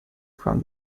from